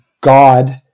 God